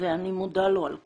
ואני מודה לו על כך.